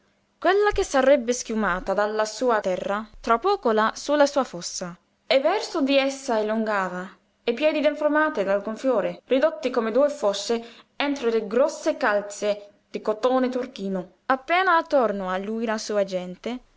quella che sarebbe schiumata dalla sua terra tra poco là su la sua fossa e verso di essa allungava i piedi deformati dal gonfiore ridotti come due vesciche entro le grosse calze di cotone turchino appena attorno a lui la sua gente